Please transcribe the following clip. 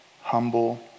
humble